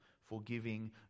forgiving